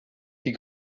die